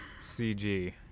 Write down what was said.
CG